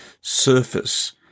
surface